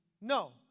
No